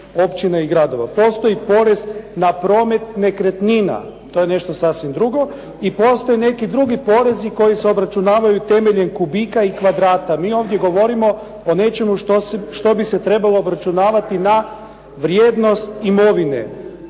Postoji porez na promet nekretnina, to je nešto sasvim drugo i postoje neki drugi porezi koji se obračunaju temeljem kubika i kvadrata. Mi ovdje govorimo o nečemu što bi se trebalo obračunavati na vrijednost imovine.